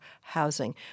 housing